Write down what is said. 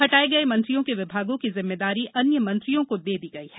हटाये गये मंत्रियों के विभागों की जिम्मेदारी अन्य मंत्रियों को दे दी गई है